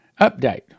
Update